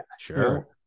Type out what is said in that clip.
sure